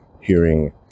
hearing